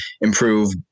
improve